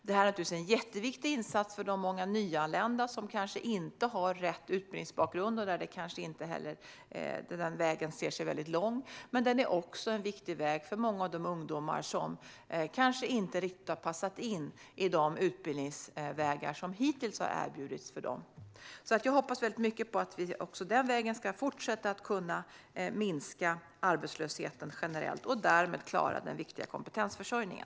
Det är en jätteviktig insats för de många nyanlända som kanske inte har rätt utbildningsbakgrund och för vilka den vägen ter sig lång. Men det är också en viktig väg för många av de ungdomar som kanske inte riktigt har passat in i de utbildningsvägar som hittills har erbjudits dem. Jag hoppas mycket på att vi också den vägen ska kunna fortsätta att minska arbetslösheten generellt och därmed klara den viktiga kompetensförsörjningen.